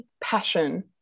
passion